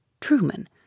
Truman